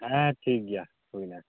ᱦᱮᱸ ᱴᱷᱤᱠ ᱜᱮᱭᱟ ᱦᱩᱭᱮᱱᱟ